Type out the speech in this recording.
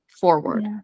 forward